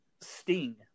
sting